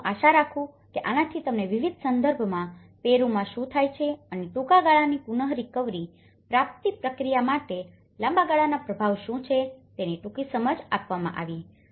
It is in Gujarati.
હું આશા રાખું છું કે આનાથી તમને વિવિધ સંદર્ભમાં પેરુમાં શું થાય છે અને ટૂંકા ગાળાની પુનરીકવરી પ્રાપ્તિ પ્રક્રિયા માટે લાંબા ગાળાના પ્રભાવ શું છે તેની ટૂંકી સમજ આપવામાં આવી છે